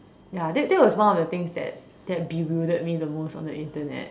ya that that was one of the things that that bewildered me the most on the Internet